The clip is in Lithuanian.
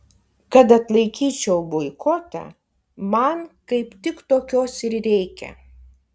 kad atlaikyčiau boikotą man kaip tik tokios ir reikia